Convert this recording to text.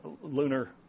lunar